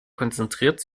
konzentriert